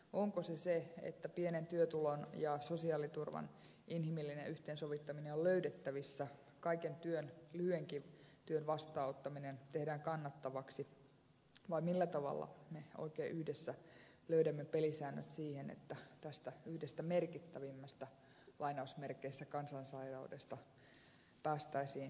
onko se se että pienen työtulon ja sosiaaliturvan inhimillinen yhteensovittaminen on löydettävissä kaiken työn lyhyenkin työn vastaanottaminen tehdään kannattavaksi vai millä tavalla me oikein yhdessä löydämme pelisäännöt siihen että tästä yhdestä merkittävimmästä lainausmerkeissä kansansairaudesta päästäisiin eroon